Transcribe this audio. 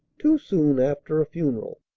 too soon after a funeral?